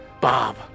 Bob